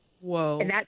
Whoa